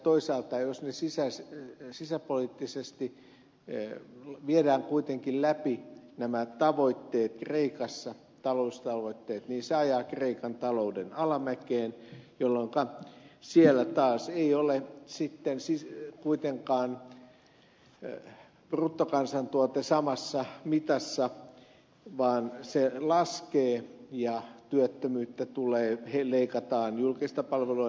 toisaalta jos sisäpoliittisesti viedään kuitenkin läpi nämä taloustavoitteet kreikassa niin se ajaa kreikan talouden alamäkeen jolloin siellä ei ole sitten kuitenkaan bruttokansantuote samassa mitassa vaan se laskee ja työttömyyttä tulee leikataan julkista palvelua ja niin edelleen